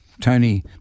Tony